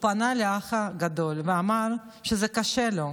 הוא פנה לאח הגדול ואמר שזה קשה לו,